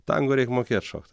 tango reik mokėt šokt